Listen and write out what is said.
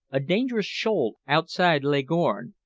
a dangerous shoal outside leghorn,